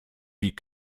wie